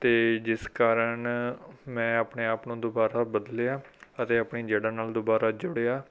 ਅਤੇ ਜਿਸ ਕਾਰਨ ਮੈਂ ਆਪਣੇ ਆਪ ਨੂੰ ਦੁਬਾਰਾ ਬਦਲਿਆ ਅਤੇ ਆਪਣੀ ਜੜ੍ਹਾਂ ਨਾਲ ਦੁਬਾਰਾ ਜੁੜਿਆ